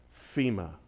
FEMA